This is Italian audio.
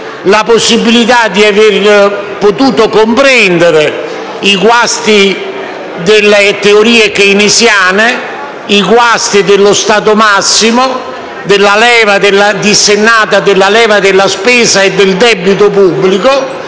la possibilita` di comprendere i guasti delle teorie keynesiane, dello Stato massimo, dell’uso dissennato della leva della spesa e del debito pubblico,